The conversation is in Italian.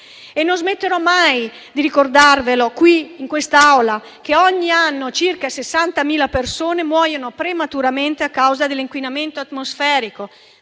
Non smetterò mai di ricordarvi in quest'Aula che ogni anno circa 60.000 persone muoiono prematuramente a causa dell'inquinamento atmosferico,